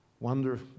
Wonder